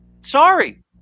sorry